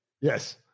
Yes